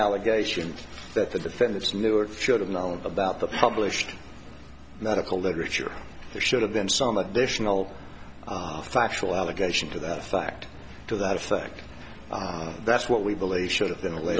allegation that the defendants knew or should have known about the published medical literature there should have been some additional factual allegation to that fact to that effect that's what we believe should have been